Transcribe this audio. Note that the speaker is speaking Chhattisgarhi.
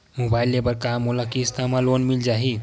मोबाइल ले बर का मोला किस्त मा लोन मिल जाही?